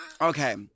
Okay